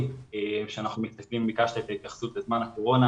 שאנחנו --- ביקשתם התייחסות לזמן הקורונה